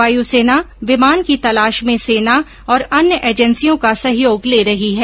वायुसेना विमान की तलाश में सेना और अन्य एजेन्सियों का सहयोग ले रही है